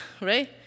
Right